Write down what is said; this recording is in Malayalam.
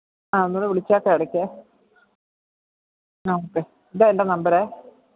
ആ ഒന്നുകൂടെ വിളിച്ചേക്കാം ഇടയ്ക്ക് ആ ഓക്കെ ഇതാണ് എന്റെ നമ്പരെ